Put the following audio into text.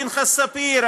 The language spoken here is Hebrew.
פנחס ספיר,